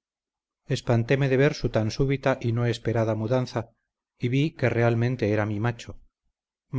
que me tenia espantéme de ver su tan súbita y no esperada mudanza y vi que realmente era mi macho